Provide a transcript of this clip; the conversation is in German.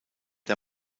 der